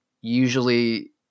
Usually